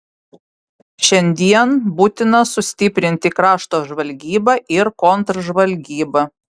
šiandien būtina sustiprinti krašto žvalgybą ir kontržvalgybą